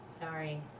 Sorry